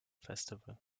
festival